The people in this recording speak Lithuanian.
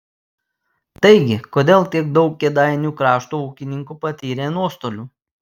taigi kodėl tiek daug kėdainių krašto ūkininkų patyrė nuostolių